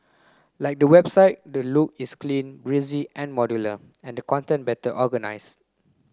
like the website the look is clean breezy and modular and the content better organise